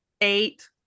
eight